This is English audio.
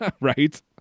right